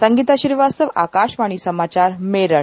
संगीत श्रीवास्तव आकाशवाणी समाचार मेरठ